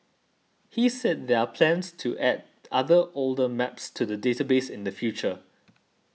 he said there are plans to add other older maps to the database in the future